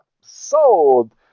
sold